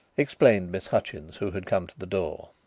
explained miss hutchins, who had come to the door.